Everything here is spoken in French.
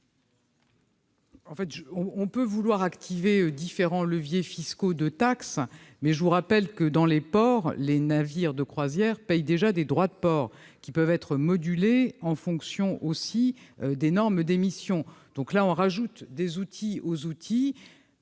ministre. On peut vouloir activer différents leviers fiscaux de taxes, mais je vous rappelle que, dans les ports, les navires de croisière payent déjà des droits de port, qui peuvent être modulés en fonction des normes d'émissions. Remarque intéressante ! Là, on ajoute des outils aux outils.